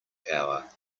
hour